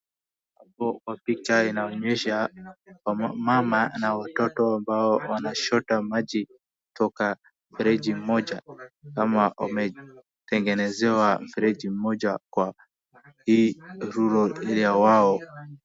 Hapo kwa picha inaonyesha mama na watito ambao wanachota maji kutoka mfereji mmoja kama wametengenezewa mfereji mmoja kwa hii rural area wao.